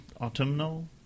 Autumnal